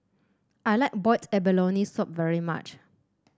I like Boiled Abalone Soup very much